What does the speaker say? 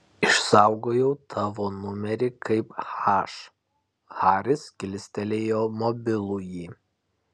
išsaugojau tavo numerį kaip h haris kilstelėjo mobilųjį